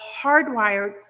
hardwired